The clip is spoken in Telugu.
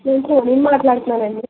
నేను పూనిని మాట్లాడుతున్నానండి